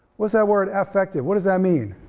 what's that word affective? what does that mean?